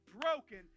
broken